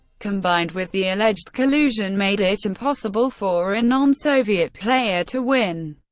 combined with the alleged collusion, made it impossible for a non-soviet player to win.